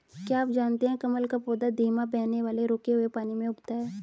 क्या आप जानते है कमल का पौधा धीमे बहने वाले या रुके हुए पानी में उगता है?